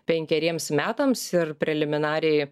penkeriems metams ir preliminariai